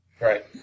Right